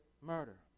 murder